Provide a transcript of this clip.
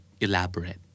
elaborate